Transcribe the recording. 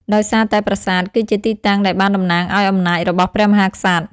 ដោយសារតែប្រាសាទ គឺជាទីតាំងដែលបានតំណាងឲ្យអំណាចរបស់ព្រះមហាក្សត្រ។